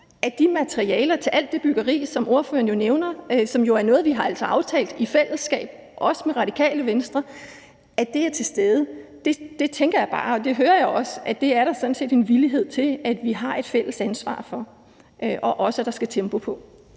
at de materialer til alt det byggeri, som ordføreren nævner, og som jo er noget, vi har aftalt i fællesskab – også med Radikale Venstre – er til stede; og jeg hører sådan set også en vilje til, at vi tager et fælles ansvar for det og for, at der skal tempo på.